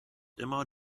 immer